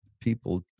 people